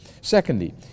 Secondly